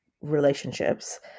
relationships